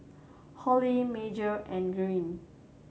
Holly Major and Greene